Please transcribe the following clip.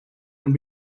and